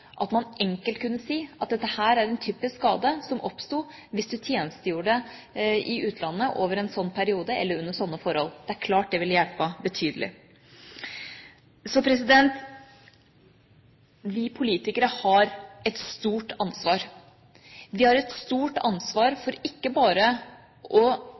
at man enkelt kunne si at dette er en typisk skade som oppstår hvis du tjenestegjør i utlandet over en sånn periode eller under sånne forhold. Det er klart at det ville hjulpet betydelig. Vi politikere har et stort ansvar. Vi har et stort ansvar, ikke bare for å